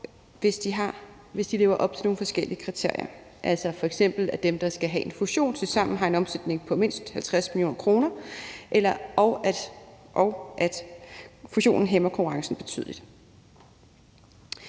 hvis de lever op til nogle forskellige kriterier, altså f.eks. at dem, der skal fusionere, tilsammen har en omsætning på mindst 50 mio. kr., og at fusionen hæmmer konkurrencen betydeligt.